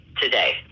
today